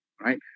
right